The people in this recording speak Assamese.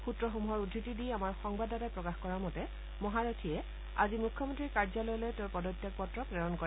সূত্ৰসমূহৰ উদ্ধতি দি আমাৰ সংবাদদাতাই প্ৰকাশ কৰা মতে মহাৰথীয়ে আজি মুখ্যমন্ত্ৰীৰ কাৰ্যালয়লৈ তেওঁৰ পদত্যাগ পত্ৰ প্ৰেৰণ কৰে